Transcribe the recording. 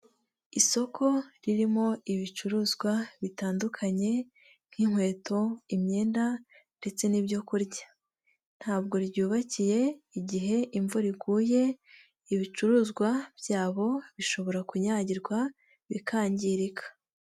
Isoko ririmo ibicuruzwa bitandukanye nk'inkweto, imyenda, ndetse n'ibyo kurya ntabwo ryubakiye igihe imvura iguye, ibicuruzwa byabo bishobora kunyagirwa bikangirika.